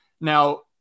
Now